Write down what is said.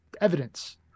evidence